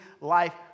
life